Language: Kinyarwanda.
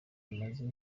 imaze